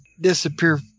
disappear